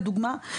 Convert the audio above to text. לדוגמא,